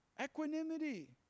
Equanimity